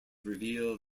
reveal